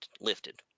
lifted